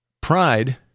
pride